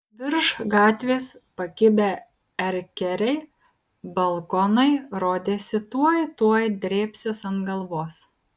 virš gatvės pakibę erkeriai balkonai rodėsi tuoj tuoj drėbsis ant galvos